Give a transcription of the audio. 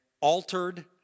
altered